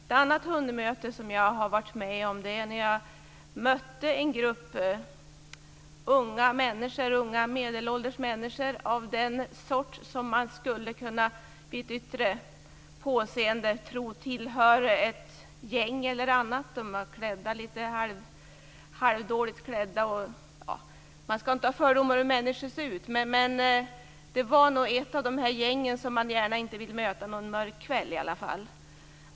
Ett annat hundmöte som jag har varit med om var när jag mötte en grupp unga och medelålders människor av den sort som man vid ett yttre påseende skulle kunna tro tillhörde ett gäng. De var lite halvdåligt klädda. Man ska inte ha fördomar om människor beroende på hur de ser ut, men det var nog ett av de gäng som man inte gärna vill möta en mörk kväll i alla fall.